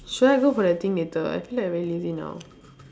should I go for the thing later I feel like very lazy now